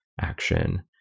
action